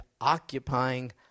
occupying